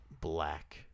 Black